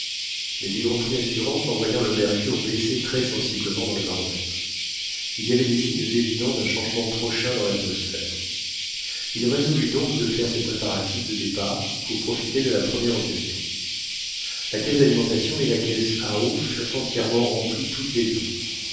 mais il reprit assurance en voyant le mercure baisser très sensiblement dans le baromètre il y avait des signes évidents d'un changement prochain dans l'atmosphère il résolut donc de faire ses préparatifs de départ pour profiter de la première occasion la caisse d'alimentation et la caisse à eau furent entièrement remplies toutes les deux